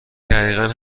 دقیقا